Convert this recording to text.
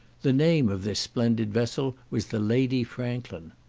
the name of this splendid vessel was the lady franklin.